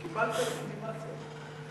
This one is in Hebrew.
קיבלת לגיטימציה.